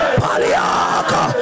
paliaka